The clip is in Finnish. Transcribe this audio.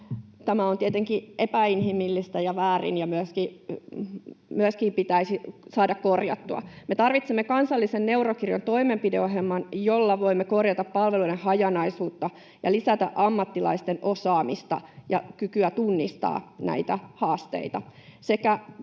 Tämä on tietenkin epäinhimillistä ja väärin ja pitäisi myöskin saada korjattua. Me tarvitsemme kansallisen neurokirjon toimenpideohjelman, jolla voimme korjata palveluiden hajanaisuutta ja lisätä ammattilaisten osaamista ja kykyä tunnistaa näitä haasteita